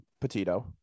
Petito